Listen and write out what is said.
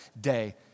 day